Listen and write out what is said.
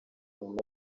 nyuma